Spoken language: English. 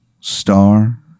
star